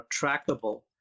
trackable